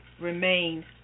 remain